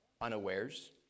unawares